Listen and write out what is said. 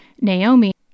Naomi